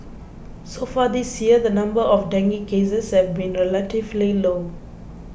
so far this year the number of dengue cases have been relatively low